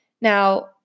Now